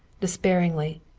despairingly.